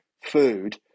food